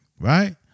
right